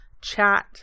chat